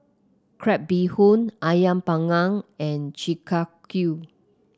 Crab Bee Hoon ayam panggang and Chi Kak Kuih